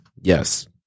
Yes